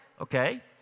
Okay